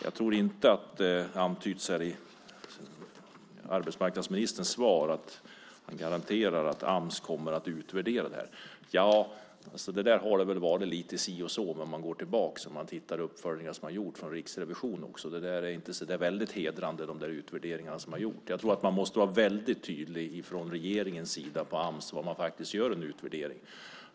Jag tror inte att det är som har antytts i arbetsmarknadsministerns svar, att han garanterar att Ams kommer att utvärdera detta. Detta har det väl varit lite si och så med om man går tillbaka och tittar i uppföljningar som har gjorts av Riksrevisionen. De utvärderingar som har gjorts är inte så väldigt hedrande. Jag tror att man måste vara väldigt tydlig från regeringens sida i fråga om Ams och att man faktiskt gör en utvärdering.